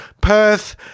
Perth